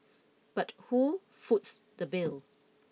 but who foots the bill